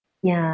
ya